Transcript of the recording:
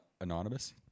Anonymous